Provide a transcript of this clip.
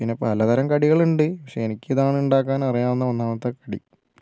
പിന്നെ പലതരം കടികൾ ഉണ്ട് പക്ഷേ ഇതാണ് എനിക്ക് ഉണ്ടാക്കാൻ അറിയാവുന്ന ഒന്നാമത്തെ കടി